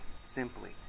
simply